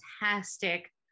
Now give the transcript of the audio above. fantastic